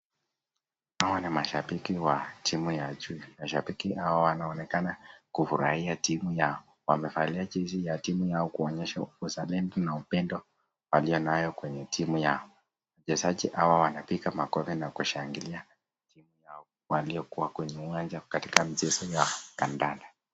mashabiki wa timu yao. Mashabiki hawa wanaonekana kufurahia timu yao. Wamevaa jesi ya timu yao kuonyesha uzalendo na upendo walionayo kwenye timu yao. Mashabiki hawa wanapiga makofi na kushangilia timu yao waliokuwa kwenye uwanja katika mchezo ya kandanda.